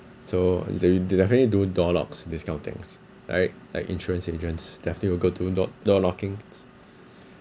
so they they definitely do door knocks these kind of things alright like insurance agents definitely will go to door door knockings